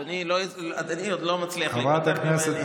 אדוני עוד לא מצליח להיפטר ממני.